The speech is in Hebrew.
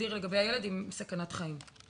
שמגדיר לגבי הילד אם קיימת סכנת חיים,